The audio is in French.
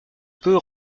peut